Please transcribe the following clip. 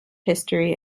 history